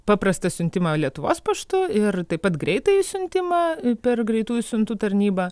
paprastą siuntimą lietuvos paštu ir taip pat greitąjį siuntimą per greitųjų siuntų tarnybą